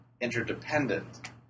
interdependent